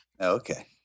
Okay